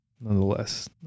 nonetheless